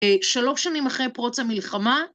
שלוש שנים אחרי פרוץ המלחמה.